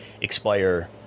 expire